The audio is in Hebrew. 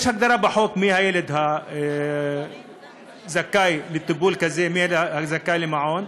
יש הגדרה בחוק מי הילד הזכאי לטיפול כזה ומי זכאי למעון.